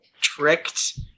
tricked